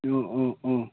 অঁ অঁ অঁ